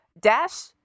dash